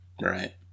right